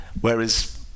whereas